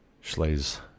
Schley's